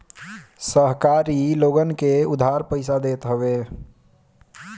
सहकारी लोगन के उधार पईसा देत हवे